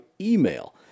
email